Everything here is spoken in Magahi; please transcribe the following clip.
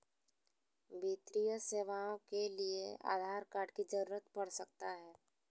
वित्तीय सेवाओं के लिए आधार कार्ड की जरूरत पड़ सकता है?